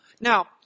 Now